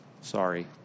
Sorry